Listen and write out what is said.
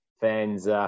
fans